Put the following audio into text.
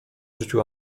życiu